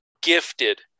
gifted